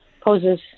poses